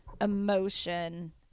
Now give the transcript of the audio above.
emotion